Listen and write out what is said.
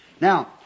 Now